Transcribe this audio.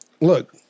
Look